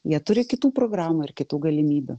jie turi kitų programų ir kitų galimybių